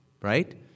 right